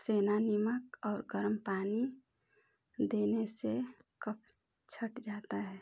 सेंधा नमक और गर्म पानी देने से कफ़ छठ जाता है